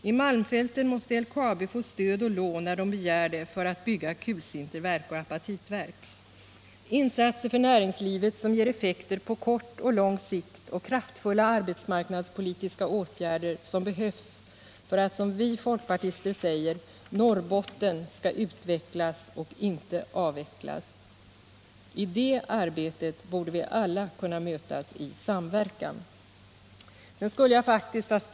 I malmfälten måste LKAB få stöd och lån när man begär det för att bygga kulsinterverk och apatitverk. Insatser för näringslivet som ger effekter på kort och lång sikt och arbetsmarknadspolitiska åtgärder kan tillsammans ge vårt nordligaste län de arbetstillfällen som behövs för att, som vi folkpartister säger, Norrbotten skall utvecklas och inte avvecklas. I det arbetet borde vi alla kunna mötas i samverkan.